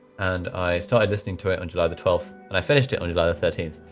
and i started listening to it on july the twelfth, and i finished it on july the thirteenth.